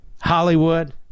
Hollywood